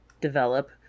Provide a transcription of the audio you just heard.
develop